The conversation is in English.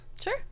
Sure